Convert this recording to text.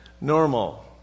Normal